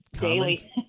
daily